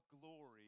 glory